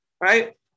right